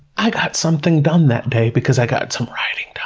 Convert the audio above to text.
i got something done that day because i got some writing done.